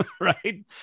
right